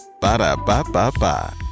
Ba-da-ba-ba-ba